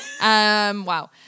Wow